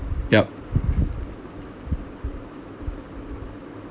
yup